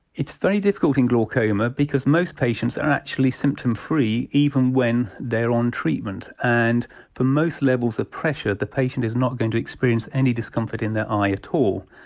it's very difficult in glaucoma because most patients are actually symptom free even when they're on treatment. and for most levels of pressure the patient is not going to experience any discomfort in their eye at all.